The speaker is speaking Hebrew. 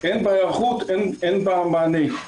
הן בהיערכות, הן במענה.